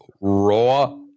Raw